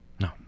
No